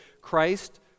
Christ